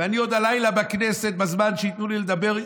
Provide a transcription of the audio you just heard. ואני עוד הלילה בכנסת, בזמן שייתנו לי לדבר,